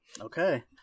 Okay